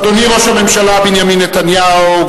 אדוני ראש הממשלה בנימין נתניהו,